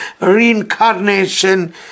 reincarnation